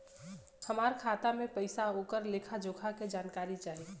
हमार खाता में पैसा ओकर लेखा जोखा के जानकारी चाही?